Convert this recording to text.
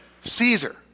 Caesar